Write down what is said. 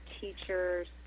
teachers